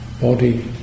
body